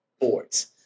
boards